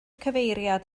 cyfeiriad